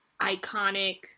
iconic